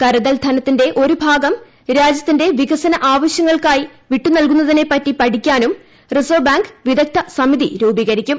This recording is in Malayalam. കരുതൽ ധനത്തിന്റെ ഒരു ഭാഗം രാജ്യത്തിന്റെ വികസന ആവശ്യങ്ങൾക്കായി വിട്ടു നൽകുന്നതിനെപ്പറ്റി പഠിക്കാനും റിസർവ് ബാങ്ക് വിദഗ്ധ സമിതി രൂപീകരിക്കും